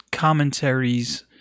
Commentaries